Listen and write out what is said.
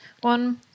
One